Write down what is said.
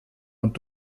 und